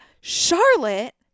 Charlotte